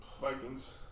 Vikings